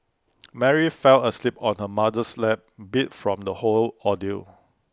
Mary fell asleep on her mother's lap beat from the whole ordeal